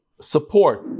support